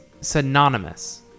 synonymous